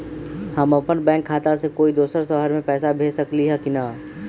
हम अपन बैंक खाता से कोई दोसर शहर में पैसा भेज सकली ह की न?